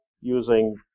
using